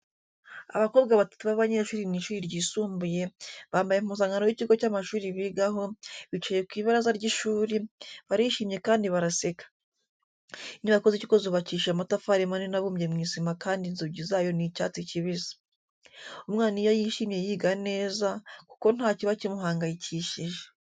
Abakobwa batatu b'abanyeshuri mu ishuri ryisumbuye, bambaye impuzankano y'ikigo cy'amashuri bigaho, bicaye ku ibaraza ry'ishuri, barishimye kandi baraseka. Inyubako z'ikigo zubakishije amatafari manini abumbye mu isima kandi inzugi zayo ni icyatsi kibisi. Umwana iyo yishimye yiga neza kuko nta kiba kimuhangayikishije.